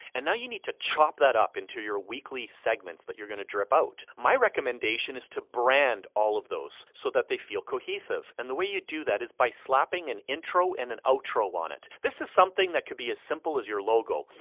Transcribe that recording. and now you need to chop that up into your weekly segments that you're gonna drip out. my recommendation is to brand all of those. so that they feel cohesive. and the way you do that is by slapping an intro and an outro on it. this is something that could be as simple as your logo.